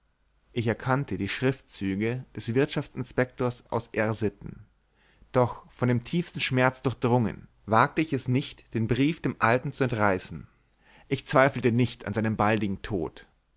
ich erkannte die schriftzüge des wirtschaftsinspektors aus r sitten doch von dem tiefsten schmerz durchdrungen wagte ich es nicht den brief dem alten zu entreißen ich zweifelte nicht an seinem baldigen tod